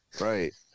Right